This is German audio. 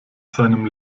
seinem